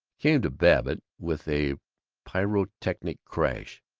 came to babbitt with a pyrotechnic crash.